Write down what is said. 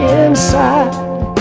inside